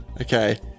Okay